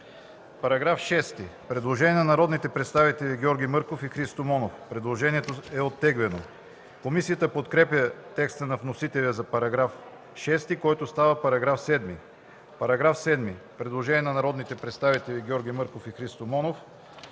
По § 6 има предложение на народните представители Георги Мърков и Христо Монов. Предложението е оттеглено. Комисията подкрепя текста на вносителя за § 6, който става § 7. По § 7 има предложение на народните представители Георги Мърков и Христо Монов.